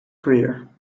career